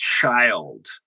child